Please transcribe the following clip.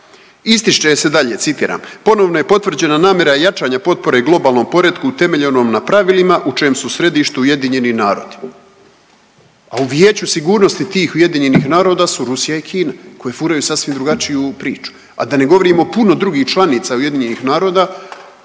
Ističe se dalje citiram, ponovno je potvrđena namjera jačanja potpore globalnom poretku utemeljenom na pravilima u čijem su središtu UN. A u Vijeću sigurnosti tih UN su Rusija i Kina koje furaju sasvim drugačiju priču, a da ne govorim o puno drugih članica UN-a koje su,